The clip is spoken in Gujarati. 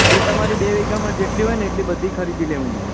તો તમારી બે વીઘામાં જેટલી હોય એટલી બધી ખરીદી લઈશું